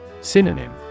Synonym